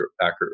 accurate